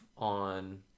On